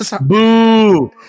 Boo